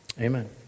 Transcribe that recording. Amen